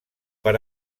per